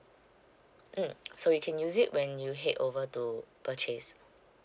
mm so you can use it when you head over to purchase